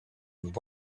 and